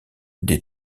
des